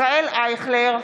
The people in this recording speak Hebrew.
ישראל אייכלר,